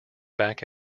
back